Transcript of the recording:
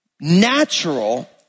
natural